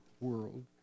world